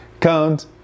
Count